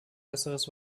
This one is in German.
besseres